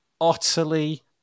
utterly